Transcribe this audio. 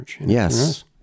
Yes